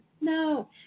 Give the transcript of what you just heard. No